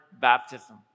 baptism